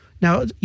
Now